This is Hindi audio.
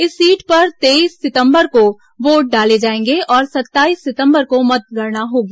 इस सीट पर तेईस सितंबर को वोट डाले जाएंगे और सत्ताईस सितंबर को मतगणना होगी